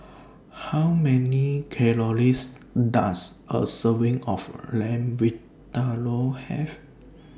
How Many Calories Does A Serving of Lamb Vindaloo Have